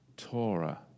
Torah